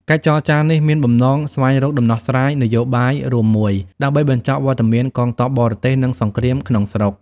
កិច្ចចរចានេះមានបំណងស្វែងរកដំណោះស្រាយនយោបាយរួមមួយ ដើម្បីបញ្ចប់វត្តមានកងទ័ពបរទេស និងសង្គ្រាមក្នុងស្រុក។